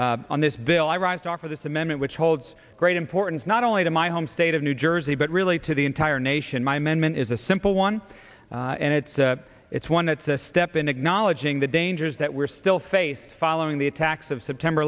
this on this bill i rise to offer this amendment which holds great importance not only to my home state of new jersey but really to the entire nation my men men is a simple one and it's it's one that's a step in acknowledging the dangers that we're still faced following the attacks of september